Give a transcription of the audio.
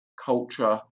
culture